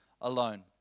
alone